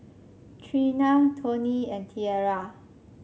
Treena Toney and Tierra